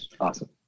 awesome